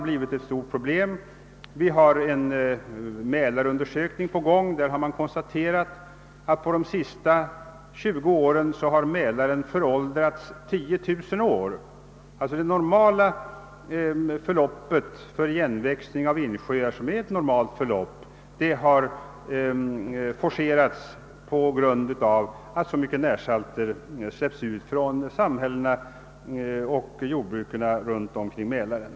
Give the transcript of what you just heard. Den Mälarundersökning som pågår har givit vid handen att under de senaste 20 åren har Mälaren föråldrats 10 000 år; det normala förloppet för igenväxning av insjöar har där forcerats på grund av att så mycket närsalter släppts ut från samhällena och jordbruken runt Mälaren.